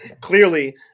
Clearly